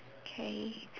K